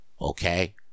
Okay